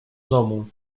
domu